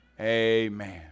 amen